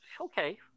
okay